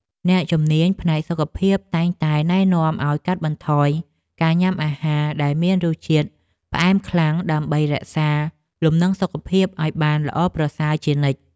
អ្នកជំនាញផ្នែកសុខភាពតែងតែណែនាំឲ្យកាត់បន្ថយការញ៉ាំអាហារដែលមានរសជាតិផ្អែមខ្លាំង ដើម្បីរក្សាលំនឹងសុខភាពឲ្យបានល្អប្រសើរជានិច្ច។